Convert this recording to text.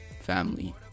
family